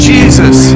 Jesus